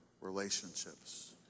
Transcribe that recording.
relationships